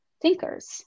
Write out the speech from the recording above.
thinkers